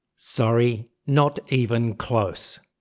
sorry, not even close.